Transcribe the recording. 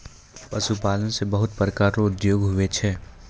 पशुपालन से बहुत प्रकार रो उद्योग हुवै छै